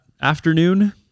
afternoon